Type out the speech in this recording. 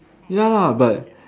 ya lah but